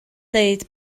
dweud